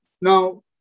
Now